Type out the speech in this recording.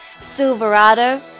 Silverado